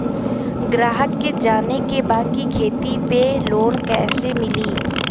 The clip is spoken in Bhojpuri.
ग्राहक के जाने के बा की खेती पे लोन कैसे मीली?